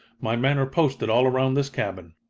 my men are posted all around this cabin.